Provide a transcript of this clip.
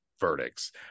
verdicts